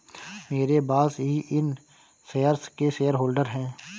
मेरे बॉस ही इन शेयर्स के शेयरहोल्डर हैं